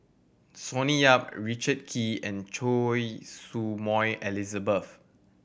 Sonny Yap Richard Kee and Choy Su Moi Elizabeth